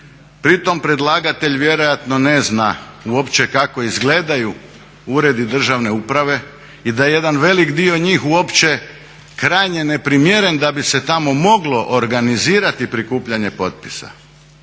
Pritom predlagatelj vjerojatno ne zna uopće kako izgledaju uredi državne uprave i da je jedan velik dio njih krajnje neprimjeren da bi se tamo moglo organizirati prikupljanje potpisa